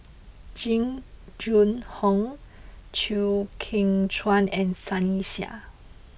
Jing Jun Hong Chew Kheng Chuan and Sunny Sia